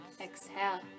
exhale